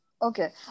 Okay